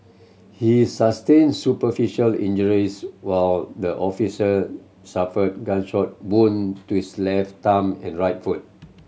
he sustained superficial injuries while the officer suffered gunshot wound to his left thumb and right foot